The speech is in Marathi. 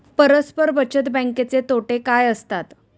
परस्पर बचत बँकेचे तोटे काय असतात?